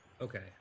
Okay